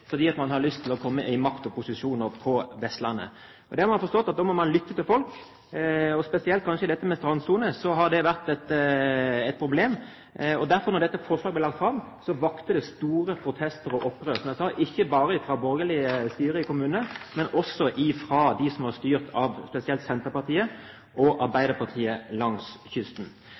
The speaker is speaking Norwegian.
man har lyst på makt og å komme i posisjon på Vestlandet. Man har forstått at da må man lytte til folk, og spesielt når det gjelder strandsoner, har det vært et problem. Derfor vakte det store protester og opprør da dette forslaget ble lagt fram, ikke bare fra borgerlig styrte kommuner, men spesielt fra dem som har vært styrt av Senterpartiet og Arbeiderpartiet langs kysten.